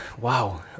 Wow